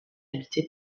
habitées